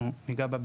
מעבר לכך,